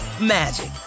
magic